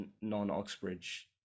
non-Oxbridge